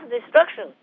destruction